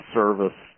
service